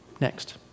Next